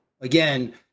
Again